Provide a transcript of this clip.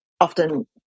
often